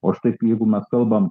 o štai jeigu mes kalbam